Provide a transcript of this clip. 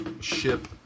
ship